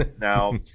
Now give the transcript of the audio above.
Now